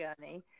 journey